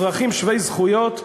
אזרחים שווי זכויות,